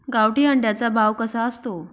गावठी अंड्याचा भाव कसा असतो?